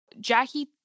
Jackie